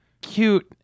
cute